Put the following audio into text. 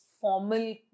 formal